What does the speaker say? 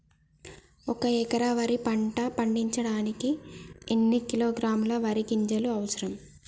ఒక్క ఎకరా వరి పంట పండించడానికి ఎన్ని కిలోగ్రాముల వరి గింజలు అవసరం?